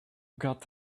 got